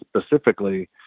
specifically